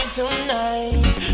tonight